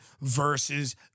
versus